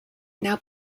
now